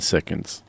Seconds